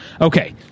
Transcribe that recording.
Okay